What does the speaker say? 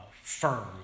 firm